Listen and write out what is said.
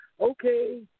Okay